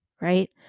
right